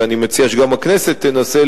ואני מציע שגם הכנסת תנסה,